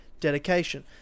dedication